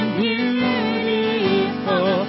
beautiful